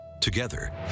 Together